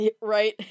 Right